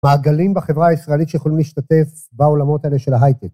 מעגלים בחברה הישראלית שיכולים להשתתף בעולמות האלה של ההייטק.